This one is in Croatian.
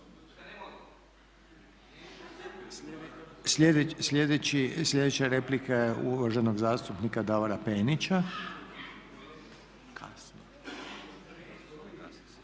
Sljedeća replika je uvaženog zastupnika Davora Penića.